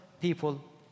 people